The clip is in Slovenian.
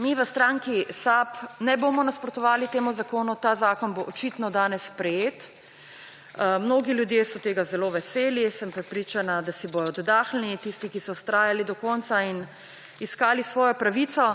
Mi v stranki SAB ne bomo nasprotovali temu zakonu, ta zakon bo očitno danes sprejet, mnogi ljudje so tega zelo veseli, sem prepričana, da si bodo oddahnili tisti, ki so vztrajali do konca in iskali svojo pravico.